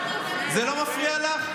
זה לא מפריע לך?